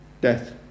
death